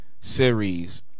Series